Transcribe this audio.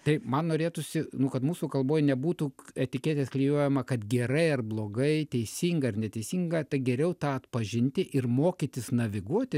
tai man norėtųsi nu kad mūsų kalboj nebūtų etiketės klijuojama kad gerai ar blogai teisinga ar neteisinga tai geriau tą atpažinti ir mokytis naviguoti